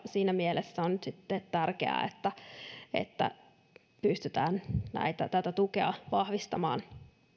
siinä mielessä on nyt sitten tärkeää että että pystytään tätä tukea vahvistamaan